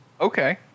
Okay